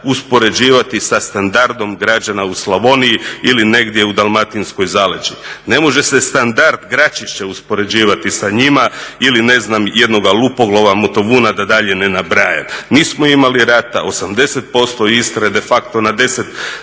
uspoređivati sa standardom građana u Slavoniji ili negdje u dalmatinskoj zaleđini. Ne može se standard Graćišća uspoređivati sa njima ili ne znam jednoga Lupoglava, Motovuna da dalje ne nabrajam. Nismo imali rata, 80% Istre je de facto na 10